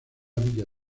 villa